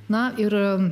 na ir